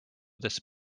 this